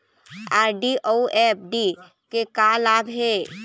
RD अऊ FD के का लाभ हे?